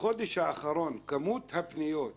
בחודש האחרון, כמות הפניות והשאלות,